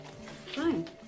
Fine